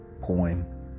poem